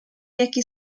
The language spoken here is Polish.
jaki